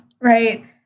Right